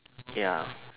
ya